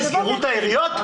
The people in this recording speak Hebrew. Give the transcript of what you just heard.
יסגרו את העיריות?